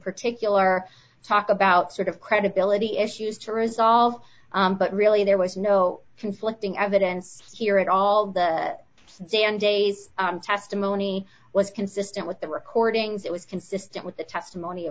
particular talk about sort of credibility issues to resolve but really there was no conflicting evidence here at all the day and days of testimony was consistent with the recordings it was consistent with the testimony